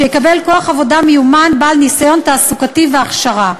שיקבל כוח עבודה מיומן בעל ניסיון תעסוקתי והכשרה.